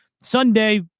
Sunday